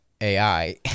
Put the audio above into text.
ai